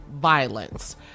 violence